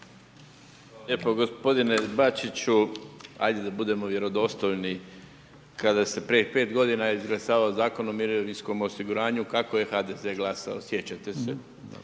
Hvala lijepo. G. Bačiću, ajde da budemo vjerodostojni, kada se prije 5 g. izglasavao Zakon o mirovinskom osiguranju kako je HDZ glasao, sjećate se.